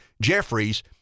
jeffries